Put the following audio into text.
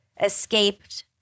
escaped